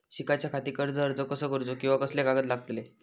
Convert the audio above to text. शिकाच्याखाती कर्ज अर्ज कसो करुचो कीवा कसले कागद लागतले?